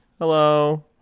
Hello